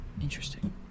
Interesting